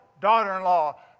daughter-in-law